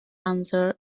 answer